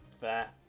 fair